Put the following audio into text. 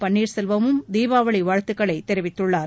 பன்னீர் செல்வமும் தீபாவளி வாழ்த்துக்களை தெரிவித்துள்ளார்